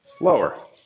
lower